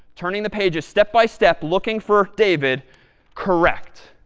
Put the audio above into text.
turning the pages, step by step, looking for david correct?